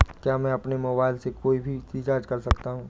क्या मैं अपने मोबाइल से कोई भी रिचार्ज कर सकता हूँ?